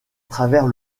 travers